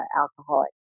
alcoholic